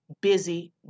busy